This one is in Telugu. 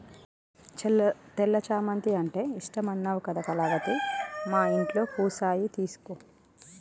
తెల్ల చామంతి అంటే ఇష్టమన్నావు కదా కళావతి మా ఇంట్లో పూసాయి తీసుకో